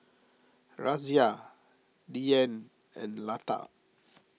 Razia Dhyan and Lata